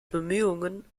bemühungen